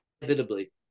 inevitably